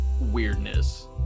weirdness